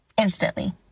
instantly